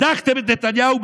הדחתם את נתניהו,